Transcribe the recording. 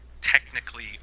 technically